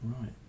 right